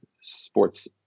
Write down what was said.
Sports